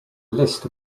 list